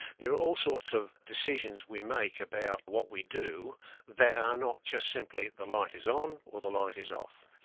there are all sorts of decisions we make about what we do that are not just simply, the light is on or the light is off.